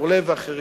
אורלב ואחרים,